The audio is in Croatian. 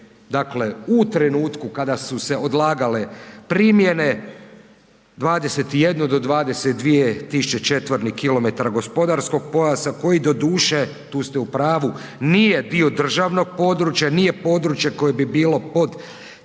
dakle u trenutku kada su se odlagale primjene 21 do 22.000 četvornih kilometara gospodarskog pojasa koji doduše, tu ste u pravu, nije dio državnog područja, nije područje koje bi bilo pod